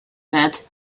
that